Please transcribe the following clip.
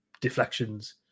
deflections